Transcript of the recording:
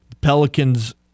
Pelicans